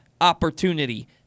opportunity